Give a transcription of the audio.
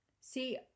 See